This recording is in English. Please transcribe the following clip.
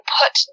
put